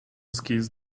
skis